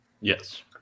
Yes